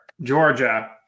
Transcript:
Georgia